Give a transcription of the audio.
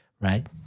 right